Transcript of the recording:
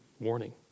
warning